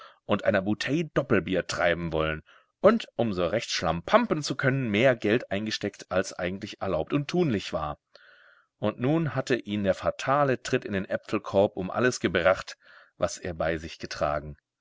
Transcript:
und einer bouteille doppelbier treiben wollen und um so recht schlampampen zu können mehr geld eingesteckt als eigentlich erlaubt und tunlich war und nun hatte ihn der fatale tritt in den äpfelkorb um alles gebracht was er bei sich getragen